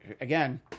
Again